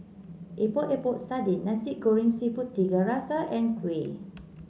Epok Epok Sardin Nasi Goreng seafood Tiga Rasa and Kuih